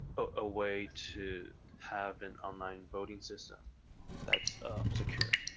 a way to have an online voting system that's secure.